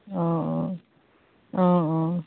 অঁ অঁ অঁ অঁ